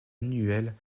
annuelles